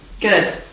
Good